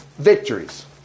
victories